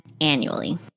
annually